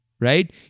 right